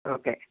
okay